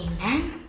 amen